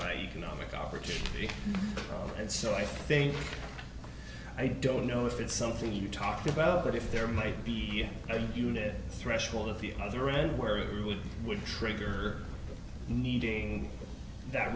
by economic opportunity and so i think i don't know if it's something you talked about but if there might be any unit threshold at the other end where it really would trigger needing that